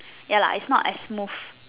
ya lah it's not as smooth